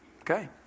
Okay